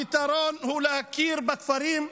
הפתרון הוא להכיר בכפרים,